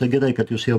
tai gerai kad jūs jau